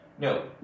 No